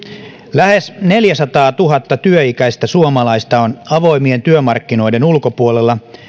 lähes neljäsataatuhatta työikäistä suomalaista on avoimien työmarkkinoiden ulkopuolella